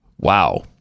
Wow